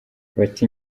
bati